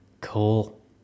Cool